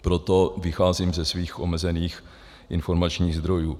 Proto vycházím ze svých omezených informačních zdrojů.